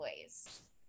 ways